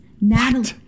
Natalie